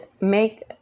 make